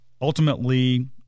ultimately